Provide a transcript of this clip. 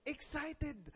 Excited